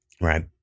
Right